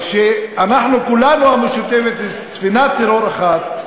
ושאנחנו, כולנו, המשותפת זו ספינת טרור אחת,